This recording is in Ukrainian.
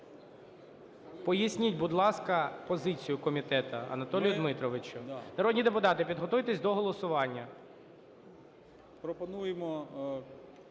Поясніть, будь ласка, позицію комітету, Анатолію Дмитровичу. Народні депутати, підготуйтесь до голосування.